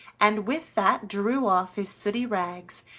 and with that drew off his sooty rags,